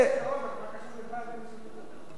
לרוברט בקשות לפריימריס.